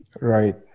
Right